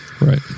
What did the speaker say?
Right